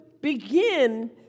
begin